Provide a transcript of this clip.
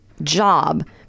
job